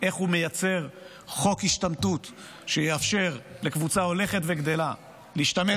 באיך הוא מייצר חוק השתמטות שיאפשר לקבוצה הולכת וגדלה להשתמט